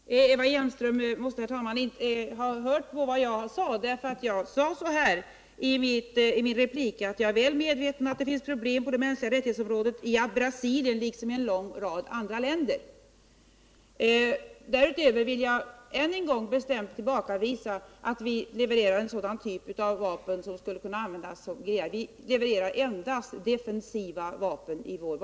Herr talman! Eva Hjelmström måtte inte ha hört på vad jag sade. Jag sade så här i min replik: ”Vi är naturligtvis medvetna om att det finns problem inom området för de mänskliga rättigheterna i Brasilien liksom i en lång rad andra länder —-—--,” Därutöver vill jag än en gång bestämt avvisa påståendet att vi levererar en sådan typ av vapen som skulle kunna användas för att förtrycka människor.